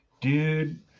Dude